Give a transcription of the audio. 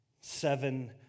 Seven